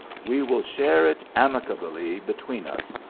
we will share it amicably between us,